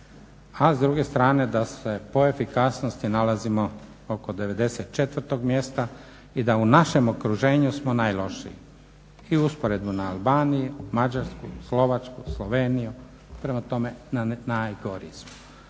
a s druge strane da se po efikasnosti nalazimo oko 94.mjesta i samo u našem okruženju najlošiji i u usporedbi na Albaniju, Mađarsku, Slovačku, Sloveniju, prema tome najgori smo.